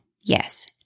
Yes